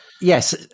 yes